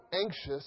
anxious